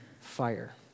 fire